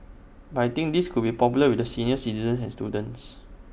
but I think this could be popular with the senior citizens and students